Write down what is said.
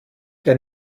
der